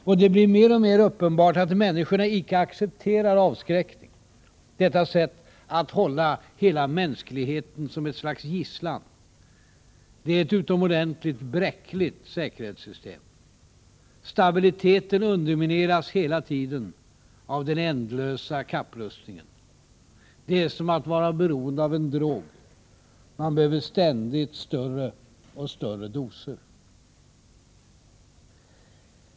Och det blir mer och mer uppenbart att människorna icke accepterar avskräckningen: detta sätt att hålla hela mänskligheten som ett slags gisslan. Det är ett utomordentligt bräckligt säkerhetssystem. Stabiliteten undermineras hela tiden av den ändlösa kapprustningen. Det är som att vara beroende av en drog — man behöver ständigt större och större doser.